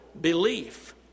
belief